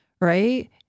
right